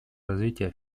развития